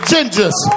Ginger's